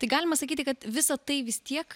tai galima sakyti kad visa tai vis tiek